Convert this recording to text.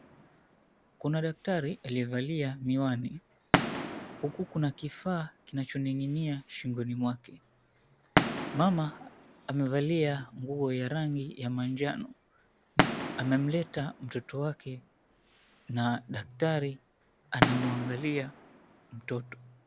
Kuna daktari aliyevalia miwani, huku kuna kifaa kinachoning'inia shingoni mwake. Mama amevalia nguo ya rangi ya manjano, amemleta mtoto wake na daktari anamwangalia mtoto.